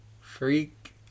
Freak